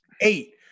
Eight